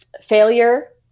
failure